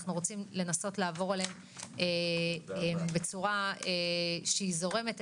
אנחנו רוצים לנסות לעבור עליהם בצורה שהיא זורמת,